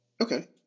Okay